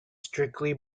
strictly